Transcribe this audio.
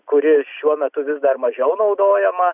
kuri šiuo metu vis dar mažiau naudojama